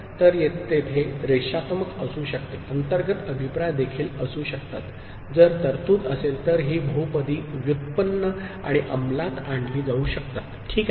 तर तेथे रेषात्मक असू शकते अंतर्गत अभिप्राय देखील असू शकतात जर तरतूद असेल तर ही बहुपदी व्युत्पन्न आणि अंमलात आणली जाऊ शकतात ठीक आहे